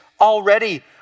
already